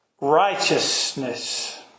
righteousness